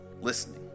listening